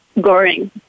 Goring